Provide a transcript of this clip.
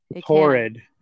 horrid